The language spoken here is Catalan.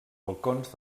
balcons